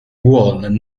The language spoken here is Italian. wall